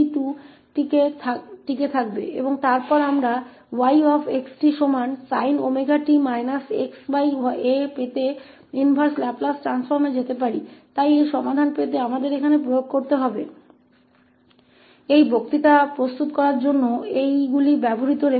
और फिर हम इस 𝑦𝑥𝑡 को sin 𝜔𝑡 −xa के बराबर प्राप्त करने के लिए इनवर्स लाप्लास ट्रांसफॉर्म के लिए जा सकते हैं इसलिए यह एक शिफ्टिंग थ्योरम है जिसे हमें इस समाधान को प्राप्त करने के लिए यहां लागू करना होगा